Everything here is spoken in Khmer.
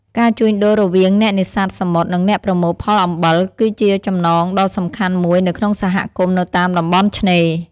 ការជួញដូររវាងអ្នកនេសាទសមុទ្រ និងអ្នកប្រមូលផលអំបិល គឺជាចំណងដ៏សំខាន់មួយនៅក្នុងសហគមន៍នៅតាមតំបន់ឆ្នេរ។